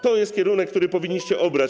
To jest kierunek, który powinniście obrać.